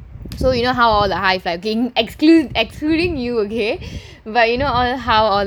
so you know how oh the high flying exclude excluding you okay but you know all how all